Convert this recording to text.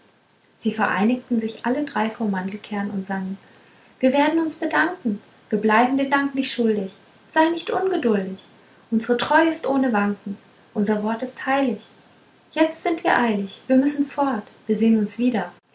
sie vereinigten sich alle drei vor mandelkern und sangen wir werden uns bedanken wir bleiben den dank nicht schuldig sei nicht ungeduldig unsre treu ist ohne wanken unser wort ist heilig jetzt sind wir eilig wir müssen fort wir sehn uns wieder